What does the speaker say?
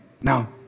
Now